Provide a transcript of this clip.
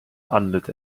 unlit